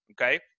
Okay